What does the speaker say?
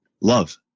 Love